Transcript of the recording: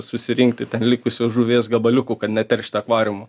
susirinkti likusios žuvies gabaliukų kad neteršti akvariumo